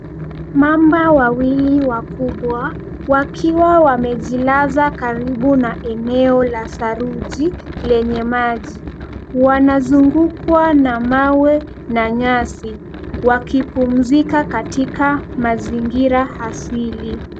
Mamba wawili wakubwa wakiwa wamejilaza karibu na eneo la saruji lenye maji, wanazungukwa na mawe na nyasi wakipumzika katika mazingira asili.